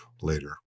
later